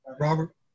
robert